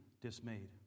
dismayed